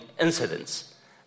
incidents